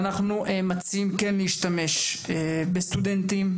אנו מציעים להשתמש בסטודנטים,